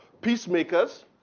peacemakers